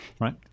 Right